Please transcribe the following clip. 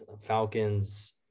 Falcons –